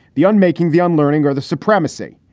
the unmaking, the unlearning or the supremacy.